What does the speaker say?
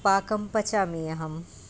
पाकं पचामि अहम्